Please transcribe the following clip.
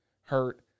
hurt